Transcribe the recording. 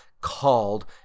called